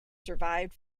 survived